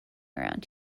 around